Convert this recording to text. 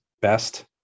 best